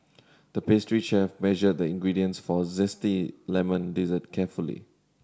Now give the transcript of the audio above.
the pastry chef measured the ingredients for a zesty lemon dessert carefully